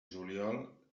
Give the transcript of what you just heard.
juliol